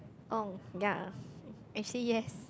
oh ya actually yes